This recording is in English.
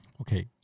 Okay